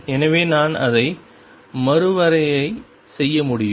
எனவே நான் அதை மறுவரையறை செய்ய முடியும்